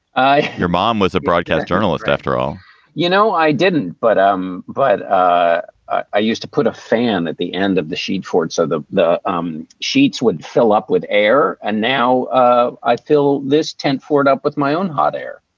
your mom was a broadcast journalist after all you know, i didn't. but um but i i used to put a fan at the end of the sheet for so the the um sheets wouldn't fill up with air. and now ah i fill this tent for it up with my own hot air